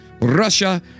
Russia